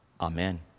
Amen